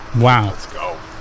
Wow